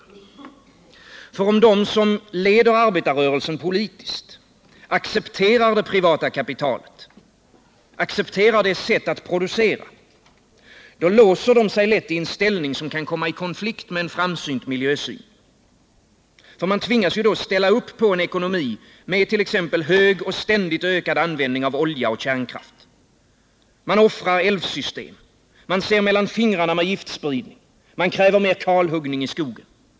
Om de som politiskt leder arbetarrörelsen accepterar det privata kapitalet och accepterar dess sätt att producera, då låser de sig lätt i en ställning som kommer i konflikt med en framsynt miljösyn. Man tvingas ju då ställa upp på en ekonomi med t.ex. hög och ständigt ökad användning av olja och kärnkraft. Man offrar älvsystem. Man ser mellan fingrarna med giftspridning. Man kräver mer kalhuggning i skogen.